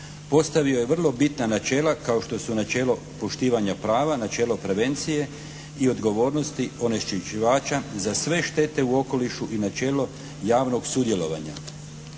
postavio je vrlo bitna načela kao što su načelo poštivanja prava, načelo prevencije i odgovornosti onečišćivača za sve štete u okolišu i načelo javnog sudjelovanja.